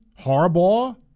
Harbaugh